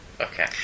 Okay